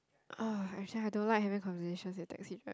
uh actually I don't like having conversations with taxi drivers